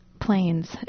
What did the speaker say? planes